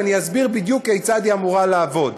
ואני אסביר בדיוק כיצד היא אמורה לעבוד.